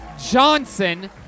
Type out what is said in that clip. Johnson